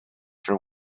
for